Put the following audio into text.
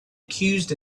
accused